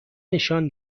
نشان